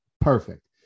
Perfect